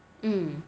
hmm